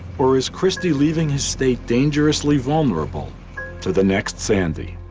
or is christie leaving his state dangerously vulnerable to the next sandy?